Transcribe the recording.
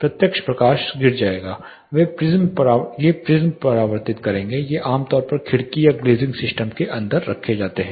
प्रत्यक्ष प्रकाश गिर जाएगा ये प्रिज्म परावर्तित करेंगे ये आम तौर पर खिड़की या ग्लेज़िंग सिस्टम के अंदर रखे जाते हैं